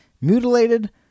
mutilated